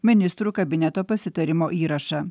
ministrų kabineto pasitarimo įrašą